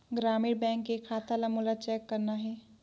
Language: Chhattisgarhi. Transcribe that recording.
ग्रामीण बैंक के खाता ला मोला चेक करना हे?